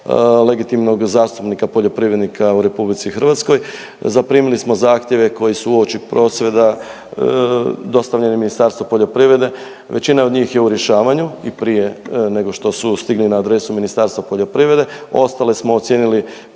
legitimnog zastupnika poljoprivrednika u RH. Zaprimili smo zahtjeve koji su uoči prosvjeda dostavljeni Ministarstvu poljoprivrede. Većina od njih je u rješavanju i prije nego što su stigli na adresu Ministarstva poljoprivrede, ostale smo ocijenili